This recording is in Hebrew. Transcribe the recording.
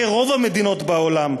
כרוב המדינות בעולם,